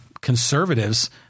conservatives